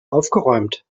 aufgeräumt